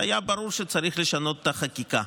והיה ברור שצריך לשנות את החקיקה.